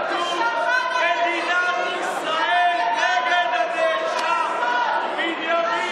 בכתב האישום כתוב: מדינת ישראל נגד הנאשם בנימין